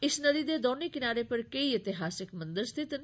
इस नदी दे दौने किनारे पर केई ऐतिहासिक मन्दिर स्थित न